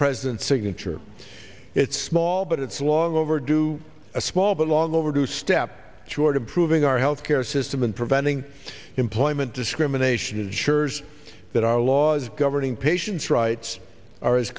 president's signature it's small but it's long overdue a small but long overdue step toward improving our health care system and preventing employment discrimination ensures that our laws governing patients rights are as